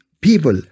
people